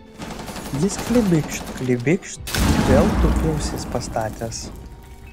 jis klibikšt klibikšt ir vėl tupi ausis pastatęs